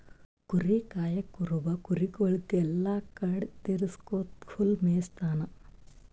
ಕುರಿ ಕಾಯಾ ಕುರುಬ ಕುರಿಗೊಳಿಗ್ ಎಲ್ಲಾ ಕಡಿ ತಿರಗ್ಸ್ಕೊತ್ ಹುಲ್ಲ್ ಮೇಯಿಸ್ತಾನ್